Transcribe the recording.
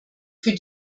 für